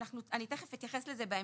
ואני תכף אתייחס לזה בהמשך.